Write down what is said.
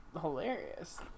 hilarious